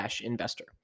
investor